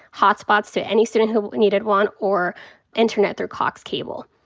hot spots to any student who needed one, or internet through class cable.